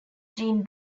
jean